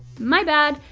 my bad.